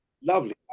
Lovely